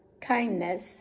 kindness